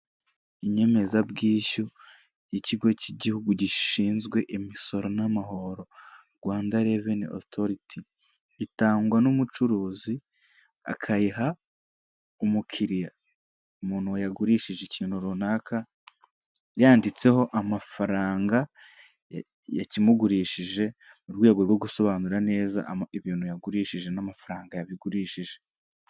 Inyemezabwishyu y'ikigo cy'igihugu gishinzwe imisoro n'amahoro Rwanda reveni otoriti, itangwa n'umucuruzi akayiha umukiriya, umuntu yagurishije ikintu runaka yanditseho amafaranga yakimugurishije mu rwego rwo gusobanura neza ibintu yagurishije n'amafaranga yabigurishije.